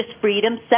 freedom